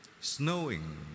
snowing